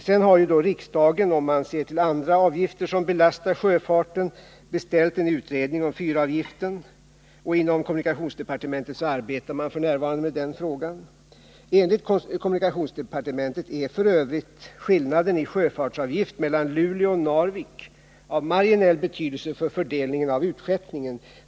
Vidare har riksdagen, om man ser till andra avgifter som belastar sjöfarten, beställt en utredning om fyravgiften, och inom kommunikationsdepartementet arbetar man f. n. med den frågan. Enligt kommunikationsdepartementet är f.ö. skillnaden i sjöfartsavgift mellan Luleå och Narvik av marginell betydelse för fördelningen av utskeppningen.